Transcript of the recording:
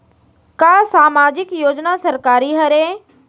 का सामाजिक योजना सरकारी हरे?